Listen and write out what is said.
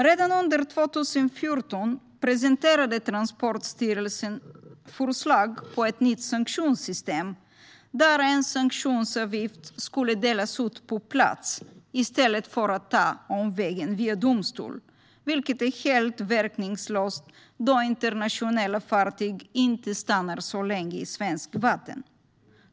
Redan under 2014 presenterade Transportstyrelsen förslag på ett nytt sanktionssystem där en sanktionsavgift skulle delas ut på plats i stället för att ta omvägen via domstol, vilket är helt verkningslöst då internationella fartyg inte stannar så länge i svenskt vatten.